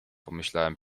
pomyślałem